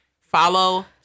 Follow